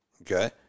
Okay